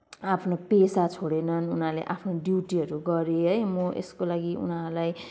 आफ्नो पेसा छोडेनन् उनीहरूले आफ्नो ड्युटीहरू गरे है म यसको लागि उनीहरूलाई